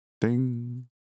Ding